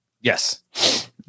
Yes